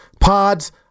Pods